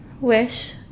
wish